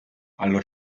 allo